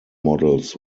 models